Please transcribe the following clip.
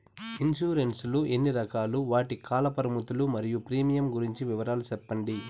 Insurance లు ఎన్ని రకాలు? వాటి కాల పరిమితులు మరియు ప్రీమియం గురించి వివరాలు సెప్పండి?